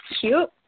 cute